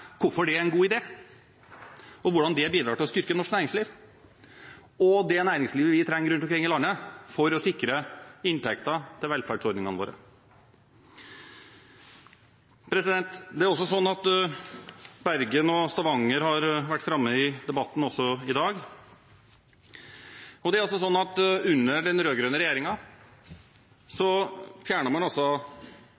hvorfor det er en god idé, og hvordan det bidrar til å styrke norsk næringsliv og det næringslivet vi trenger rundt omkring i landet, for å sikre inntekter til velferdsordningene våre. Bergen og Stavanger har også vært framme i debatten i dag. Under den rød-grønne regjeringen fjernet man den andelen av selskapsskatten som gikk til norske kommuner, og det